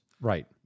Right